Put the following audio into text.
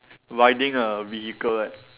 riding a vehicle right